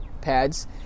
pads